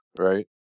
right